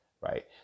Right